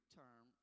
term